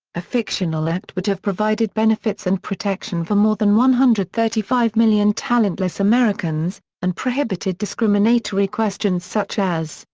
ah fictional act would have provided benefits and protection for more than one hundred and thirty five million talentless americans, and prohibited discriminatory questions such as,